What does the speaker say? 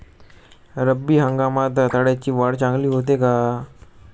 रब्बी हंगामात रताळ्याची वाढ चांगली होते का?